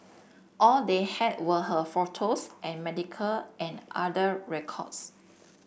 all they had were her photos and medical and other records